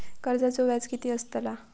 कर्जाचो व्याज कीती असताला?